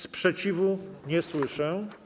Sprzeciwu nie słyszę.